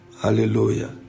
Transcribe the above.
Hallelujah